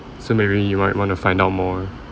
so maybe you might want to find out more